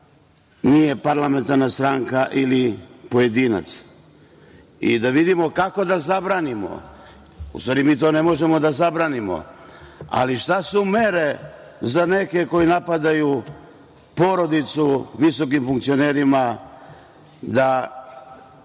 nije parlamentarna stranka ili pojedinac. Da vidimo kako da zabranimo, u stvari mi to ne možemo da zabranimo, ali šta su mere za neke koji napadaju porodicu visokih funkcionera? Srbija